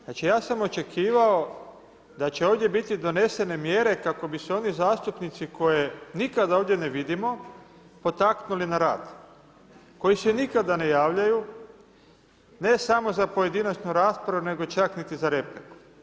Znači ja sam očekivao da će ovdje biti donesene mjere kako bi se oni zastupnici koje nikada ovdje ne vidimo potaknuli na rad, koji se nikada ne javljaju ne samo za pojedinačnu raspravu nego čak niti za repliku.